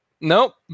Nope